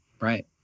right